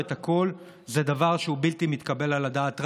את הכול זה דבר שהוא בלתי מתקבל על הדעת.